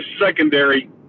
secondary